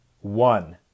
one